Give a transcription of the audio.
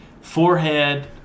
Forehead